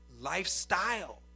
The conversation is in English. lifestyle